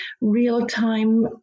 real-time